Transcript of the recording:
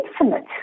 infinite